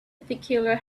peculiar